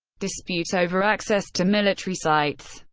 dispute over access to military sites